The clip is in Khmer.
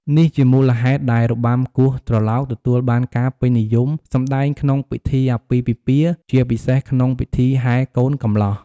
នេះជាមូលហេតុដែលរបាំគោះត្រឡោកទទួលបានការពេញនិយមសម្តែងក្នុងពិធីអាពាហ៍ពិពាហ៍ ជាពិសេសក្នុងពិធីហែកូនកំលោះ។